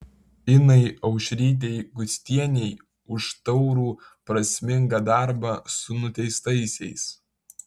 inai aušrytei gustienei už taurų prasmingą darbą su nuteistaisiais